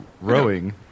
rowing